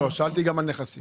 לא, שאלתי גם על נכסים.